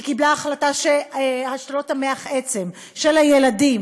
היא קיבלה החלטה שהשתלות מח העצם של הילדים